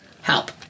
help